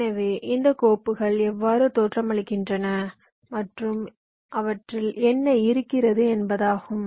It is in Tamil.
எனவே இந்த கோப்புகள் எவ்வாறு தோற்றமளிக்கின்றன மற்றும் அவற்றில் என்ன இருக்கிறது என்பதாகும்